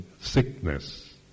sickness